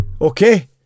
Okay